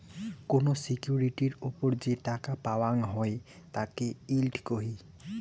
কোন সিকিউরিটির ওপর যে টাকা পাওয়াঙ হই তাকে ইল্ড কহি